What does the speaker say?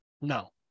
No